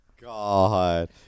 God